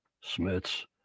Smith's